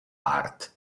art